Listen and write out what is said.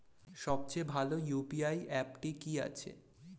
সবচেয়ে ভালো ইউ.পি.আই অ্যাপটি কি আছে?